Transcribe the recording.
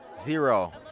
zero